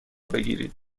بگیرید